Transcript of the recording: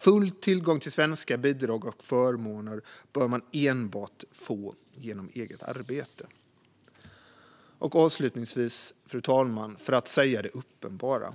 Full tillgång till svenska bidrag och förmåner bör man få enbart genom eget arbete. Fru talman! Avslutningsvis, för att säga det uppenbara, har